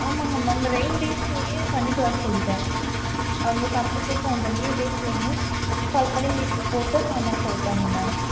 ஆமாம்ங்க மேம் இந்த ரெயின் டேஸ்லையே பண்ணிட்டு வரச்சொல்லிவிட்டேன் அவங்கள கம்ப்ளீட்டாக அந்த லீவ் டேஸ்லையே கால் பண்ணி மீட்டிங் போட்டு பண்ண சொல்லிட்டேங்க மேம்